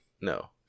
No